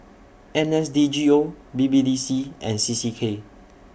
N S D G O B B D C and C C K